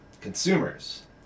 consumers